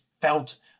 felt